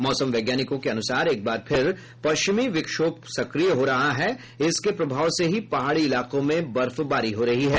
मौसम वैज्ञानिकों के अनुसार एक बार फिर पश्चिमी विक्षोभ सक्रिय हो रहा है इसके प्रभाव से ही पहाड़ी इलाकों में बर्फबारी हो रही है